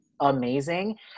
amazing